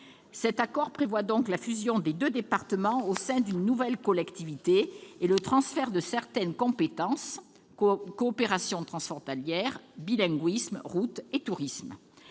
Cet accord prévoit donc la fusion des deux départements au sein d'une nouvelle collectivité, et le transfert de certaines compétences : coopération transfrontalière, bilinguisme, routes et tourisme.